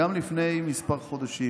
גם לפני כמה חודשים,